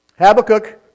Habakkuk